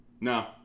No